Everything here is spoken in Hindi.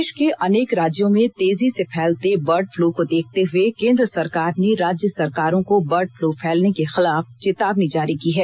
देश के अनेक राज्यों में तेजी से फैलते बर्ड फ्लू को देखते हुए केंद्र सरकार ने राज्य सरकारों को बर्ड फ्लू फैलने के खिलाफ चेतावनी जारी की है